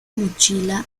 mochila